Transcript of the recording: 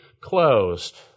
Closed